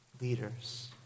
leaders